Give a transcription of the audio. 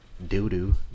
doo-doo